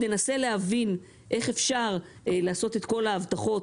ננסה להבין איך אפשר לעשות את כל ההבטחות